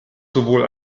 sowohl